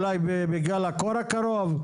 אולי בגל הקור הקרוב,